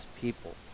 people